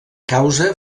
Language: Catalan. causa